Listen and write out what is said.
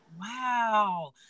wow